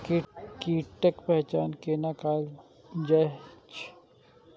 कीटक पहचान कैना कायल जैछ?